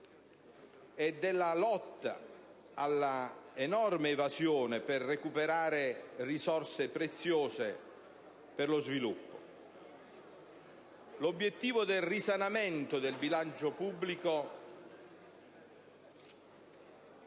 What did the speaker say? e della lotta all'enorme evasione, per recuperare risorse preziose per lo sviluppo. L'obiettivo del risanamento del bilancio pubblico